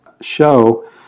show